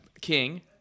King